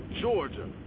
Georgia